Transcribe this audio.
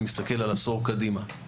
אני מסתכל על עשור קדימה.